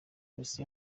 polisi